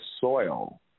soil